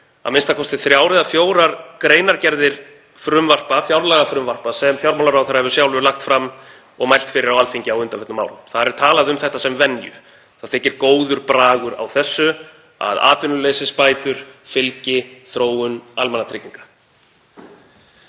að vitna í a.m.k. þrjár eða fjórar greinargerðir fjárlagafrumvarpa sem fjármálaráðherra hefur sjálfur lagt fram og mælt fyrir á Alþingi á undanförnum árum. Þar er talað um þetta sem venju. Það þykir góður bragur á því að atvinnuleysisbætur fylgi þróun almannatrygginga.